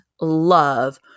love